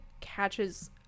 catches